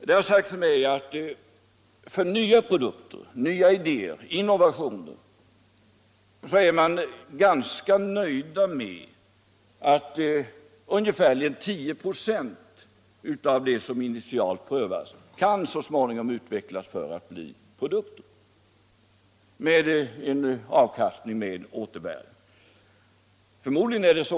Det har sagts mig att man när det gäller nya idéer och innovationer är ganska nöjd om ungefär 10 96 av det som prövas så småningom kan utvecklas till att bli produkter som ger avkastning och återbäring.